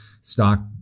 Stock